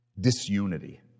disunity